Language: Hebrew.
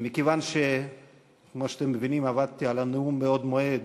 ומכיוון שכמו שאתם מבינים עבדתי על הנאום בעוד מועד,